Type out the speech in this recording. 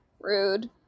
Rude